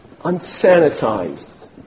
unsanitized